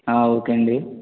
ఆ ఓకేండి